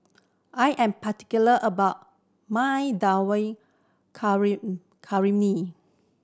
I am particular about my Dal